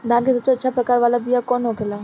धान के सबसे अच्छा प्रकार वाला बीया कौन होखेला?